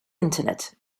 internet